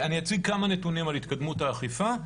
אני אציג כמה נתונים על התקדמות האכיפה,